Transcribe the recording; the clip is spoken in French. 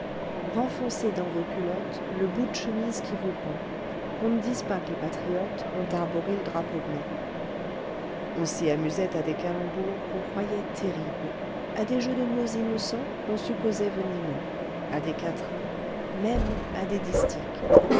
renfoncez dans vos culottes le bout d'chemis qui vous pend qu'on n'dis'pas qu'les patriotes ont arboré l'drapeau blanc on s'y amusait à des calembours qu'on croyait terribles à des jeux de mots innocents qu'on supposait venimeux à des quatrains même à des